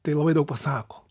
tai labai daug pasako